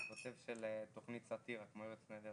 חבל על הזמן כי בינתיים הצורך בהוצאת דם ורידי הוא כל כך שכיח.